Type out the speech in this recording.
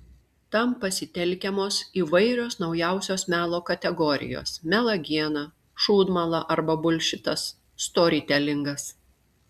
tam pasitelkiamos įvairios naujausios melo kategorijos melagiena šūdmala arba bulšitas storytelingas